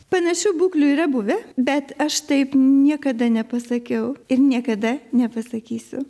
panašių būklių yra buvę bet aš taip niekada nepasakiau ir niekada nepasakysiu